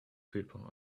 people